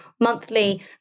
monthly